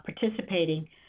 participating